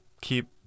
Keep